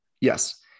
Yes